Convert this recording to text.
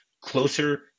closer